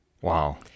Wow